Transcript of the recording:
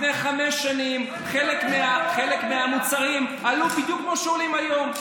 לפני חמש שנים חלק מהמוצרים עלו בדיוק כמו שהם עולים היום.